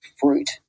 fruit